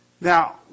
Now